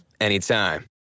anytime